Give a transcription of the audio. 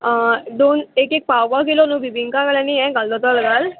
दोन एक एक पाव पाव किलो न्हू बिभिंका घाल घाल जाता घाल